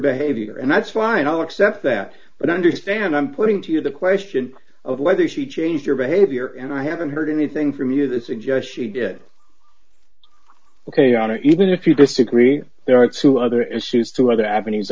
behavior and that's fine i'll accept that but understand i'm putting to you the question of whether she changed her behavior and i haven't heard anything from you that suggests you did ok on it even if you disagree there are two other issues two other avenues